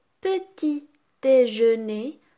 petit-déjeuner